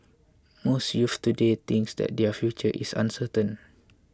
most youths today think that their future is uncertain